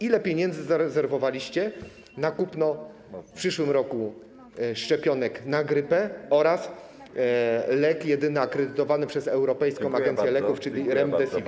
Ile pieniędzy zarezerwowaliście na kupno w przyszłym roku szczepionek na grypę oraz na jedyny lek akredytowany przez Europejską Agencję Leków, czyli Remdesivir?